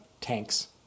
tanks